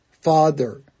father